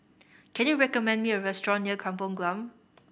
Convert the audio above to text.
can you recommend me a restaurant near Kampong Glam